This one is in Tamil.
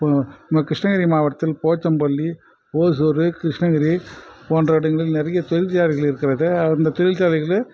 நம்ம கிருஷ்ணகிரி மாவட்டத்தில் போச்சம்பள்ளி ஓசூர் கிருஷ்ணகிரி போன்ற இடங்களில் நிறைய தொழிற்சாலைகள் இருக்கிறது அந்த தொழில்சாலைகளிலையும்